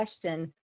question